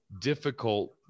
difficult